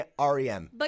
REM